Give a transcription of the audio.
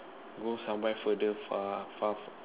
go somewhere further far far